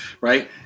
right